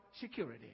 security